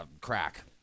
crack